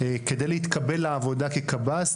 כדי להתקבל לעבודה כקב"ס,